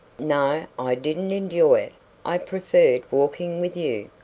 no. i didn't enjoy it i preferred walking with you.